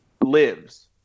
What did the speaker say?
lives